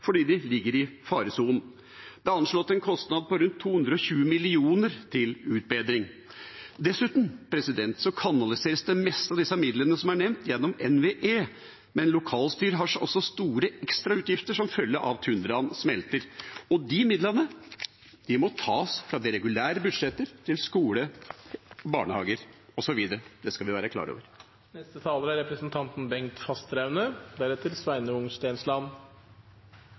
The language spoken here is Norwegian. fordi de ligger i faresonen. Det er anslått en kostnad på rundt 220 mill. kr til utbedring. Dessuten kanaliseres det meste av disse midlene som er nevnt, gjennom NVE, men lokalstyret har også store ekstrautgifter som følge av at tundraen smelter, og de midlene må tas fra de regulære budsjettene til skoler, barnehager osv. Det skal vi være klar over.